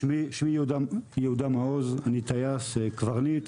אני טייס קברניט,